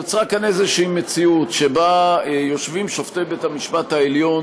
שנוצרה כאן איזו מציאות שבה יושבים שופטי בית-המשפט העליון